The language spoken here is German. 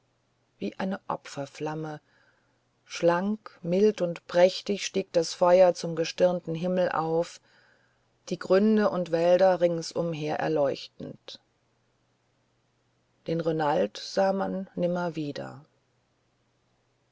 wie eine opferflamme schlank mild und prächtig stieg das feuer zum gestirnten himmel auf die gründe und wälder rings umher erleuchtend den renald sah man nimmer wieder